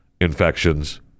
infections